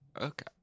Okay